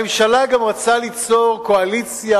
הממשלה גם רצתה ליצור קואליציה